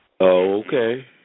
Okay